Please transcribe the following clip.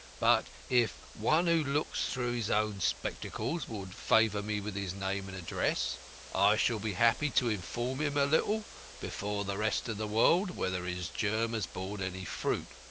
but if one who looks through his own spectacles will favour me with his name and address i shall be happy to inform him a little before the rest of the world whether his germ has borne any fruit.